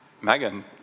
Megan